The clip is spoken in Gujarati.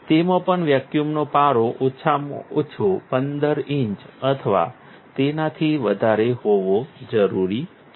તેમાં પણ વેક્યુમનો પારો ઓછામાં ઓછો 15 ઇંચ અથવા તેનાથી વધારે હોવો જરૂરી છે